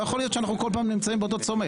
לא יכול להיות שאנחנו נמצאים בכל פעם באותה צומת.